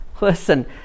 listen